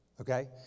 Okay